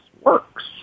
works